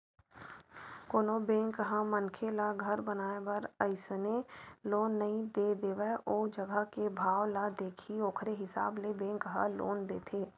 कोनो बेंक ह मनखे ल घर बनाए बर अइसने लोन नइ दे देवय ओ जघा के भाव ल देखही ओखरे हिसाब ले बेंक ह लोन देथे